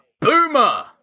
boomer